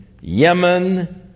Yemen